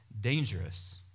dangerous